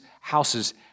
houses